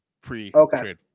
pre-trade